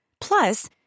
Plus